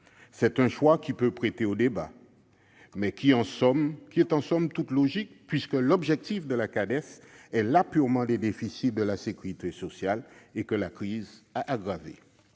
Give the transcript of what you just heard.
Cades. Ce choix peut prêter à débat, mais est somme toute logique, puisque l'objectif de la Cades est d'apurer les déficits de la sécurité sociale, que la crise a aggravés.